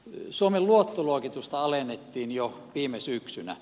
suomen luottoluokitusta alennettiin jo viime syksynä